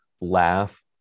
laugh